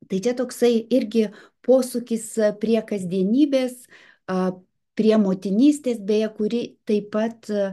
tai čia toksai irgi posūkis prie kasdienybės prie motinystės beje kuri taip pat